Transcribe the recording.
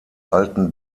alten